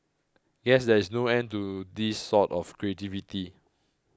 guess there is no end to this sort of creativity